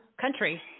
country